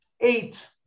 eight